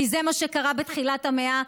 כי זה מה שקרה בתחילת המאה,